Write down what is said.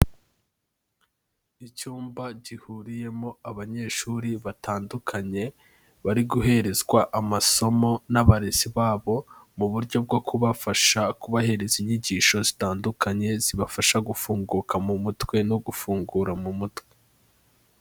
Icyumba gihuriyemo abanyeshuri batandukanye, bari guherezwa amasomo n'abarezi babo mu buryo bwo kubafasha kubahereza inyigisho zitandukanye zibafasha gufunguka mu mutwe no gufungura mu mutwe.